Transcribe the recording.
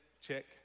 Check